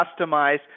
customized